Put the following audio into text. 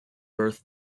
birth